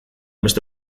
beste